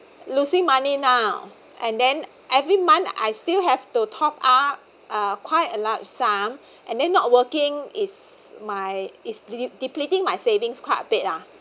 losing money now and then every month I still have to top up uh quite a large sum and then not working is my is depleting my savings quite a bit ah